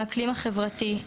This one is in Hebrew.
האקלים החברתי,